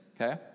okay